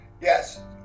Yes